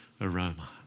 aroma